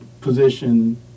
position